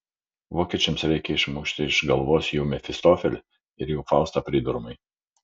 vokiečiams reikia išmušti iš galvos jų mefistofelį ir jų faustą pridurmai